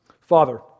Father